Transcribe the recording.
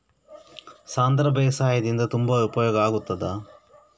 ಸಾಂಧ್ರ ಬೇಸಾಯದಿಂದ ತುಂಬಾ ಉಪಯೋಗ ಆಗುತ್ತದಾ?